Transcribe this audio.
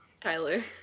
Tyler